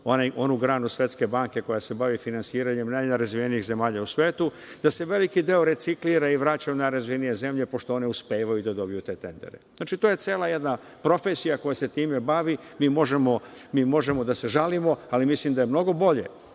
onu granu Svetske banke koja se bavi finansiranjem najnerazvijenijih zemalja u svetu, da se veliki deo reciklira i vraća u najrazvijenije zemlje, pošto one uspevaju da dobiju te tendere. Znači, to je cela jedna profesija koja se time bavi. Mi možemo da se žalimo, ali mislim da je mnogo bolje